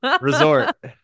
resort